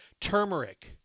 turmeric